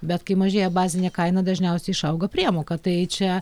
bet kai mažėja bazinė kaina dažniausiai išauga priemoka tai čia